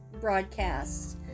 broadcasts